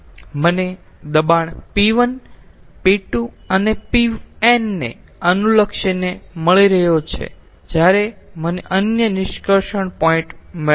મને દબાણ p1 p2 અને pn ને અનુલક્ષીને મળી રહ્યો છે જ્યારે મને અન્ય નિષ્કર્ષણ પોઇન્ટ મળ્યા છે